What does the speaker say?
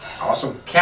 Awesome